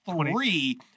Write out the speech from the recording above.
three